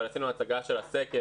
אבל עשינו הצגה של הסקר